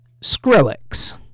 Skrillex